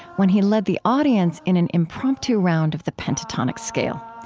when he led the audience in an impromptu round of the pentatonic scale.